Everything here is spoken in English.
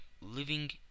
living